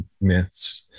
myths